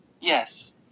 Yes